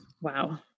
Wow